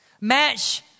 match